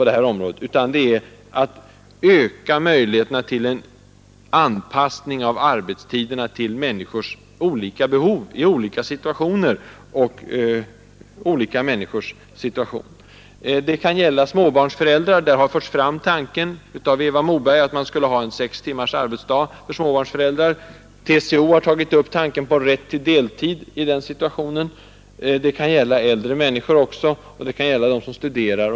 Det är i stället att öka möjligheterna till en anpassning av arbetstiderna till människornas behov i skilda situationer. Det kan gälla småbarnsföräldrar. Eva Moberg har fört fram tanken att man skulle ha rätt till sex timmars arbetsdag för småbarnsföräldrar. TCO har diskuterat begreppet rätt till deltid i den situationen. Det kan gälla äldre människor också, dem som studerar etc.